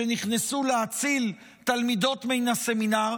שנכנסו להציל תלמידות מן הסמינר.